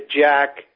jack